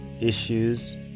issues